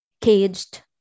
caged